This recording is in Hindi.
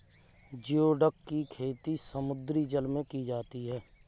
जिओडक की खेती समुद्री जल में की जाती है